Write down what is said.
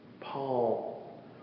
Paul